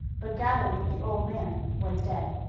but gathered that the old man was dead.